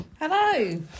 Hello